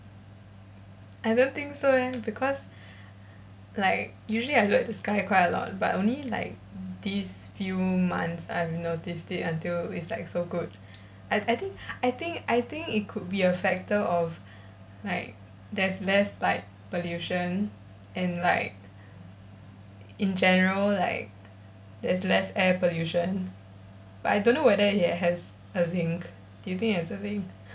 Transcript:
I don't think so leh because like usually I look at the sky quite a lot but only like these few months I've noticed it until it's like so good I I think I think I think it could be a factor of like there's less light pollution and like in general like there's less air pollution but I don't whether it has a link do you think it has a link